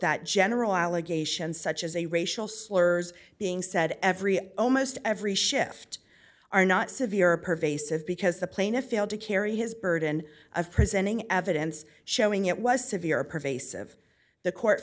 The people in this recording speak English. that general allegations such as a racial slurs being said every almost every shift are not severe or pervasive because the plaintiff failed to carry his burden of presenting evidence showing it was severe or pervasive the court